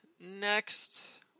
next